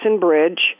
Bridge